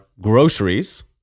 groceries